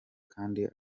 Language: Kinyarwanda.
kandi